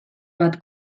bat